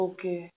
Okay